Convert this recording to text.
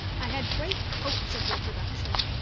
i had great hopes of your production.